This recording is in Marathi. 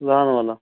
लहानवाला